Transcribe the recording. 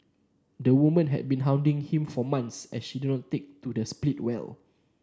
the woman had been hounding him for months as she did not take their split well